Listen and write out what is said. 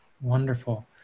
Wonderful